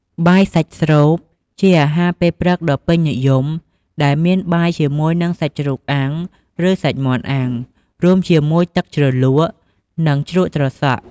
បាយសាច់ស្រូប ជាអាហារពេលព្រឹកដ៏ពេញនិយម ដែលមានបាយជាមួយនឹងសាច់ជ្រូកអាំង ឬ សាច់មាន់អាំង រួមជាមួយទឹកជ្រលក់ និងជ្រក់ត្រសក់។